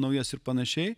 naujas ir panašiai